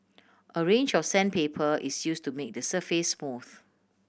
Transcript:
a range of sandpaper is use to make the surface smooth